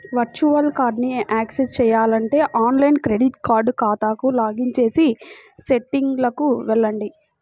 virtual కార్డ్ని access చేయాలంటే online credit card ఖాతాకు లాగిన్ చేసి సెట్టింగ్లకు వెళ్లండి